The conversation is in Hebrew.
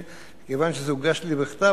כיוון שזה הוגש לי בכתב,